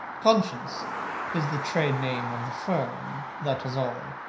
conscience is the trade-name of the firm. that is all.